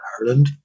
Ireland